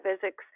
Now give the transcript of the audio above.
physics